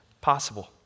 possible